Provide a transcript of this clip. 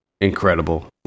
incredible